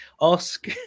ask